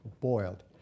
boiled